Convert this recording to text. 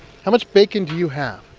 how much bacon do you have?